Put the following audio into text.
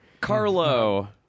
Carlo